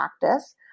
practice